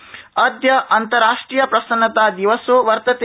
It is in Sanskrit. प्रसन्नतादिवस अद्य अन्ताराष्ट्रिय प्रसन्नता दिवसो वर्तते